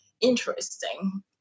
interesting